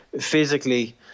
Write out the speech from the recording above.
physically